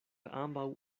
ambaŭ